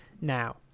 now